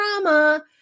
drama